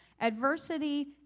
Adversity